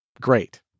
great